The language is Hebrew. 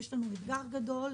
יש לנו אתגר גדול,